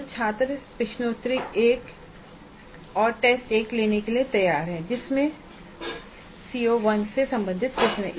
तो छात्र प्रश्नोत्तरी 1 और T1 लेने के लिए तैयार है जिसमें CO1 से संबंधित प्रश्न हैं